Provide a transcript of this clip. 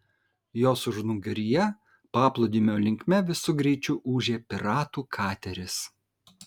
jos užnugaryje paplūdimio linkme visu greičiu ūžė piratų kateris